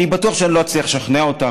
אני בטוח שאני לא אצליח לשכנע אותך,